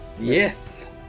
Yes